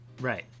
Right